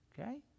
Okay